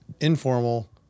informal